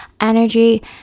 energy